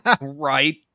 Right